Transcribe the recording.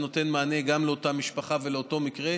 נותן מענה גם לאותה משפחה ולאותו מקרה.